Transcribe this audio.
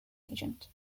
agent